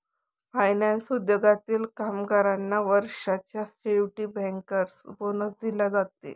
finance उद्योगातील कामगारांना वर्षाच्या शेवटी बँकर्स बोनस दिला जाते